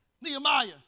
Nehemiah